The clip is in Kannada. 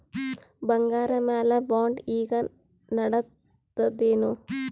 ಬಂಗಾರ ಮ್ಯಾಲ ಬಾಂಡ್ ಈಗ ನಡದದೇನು?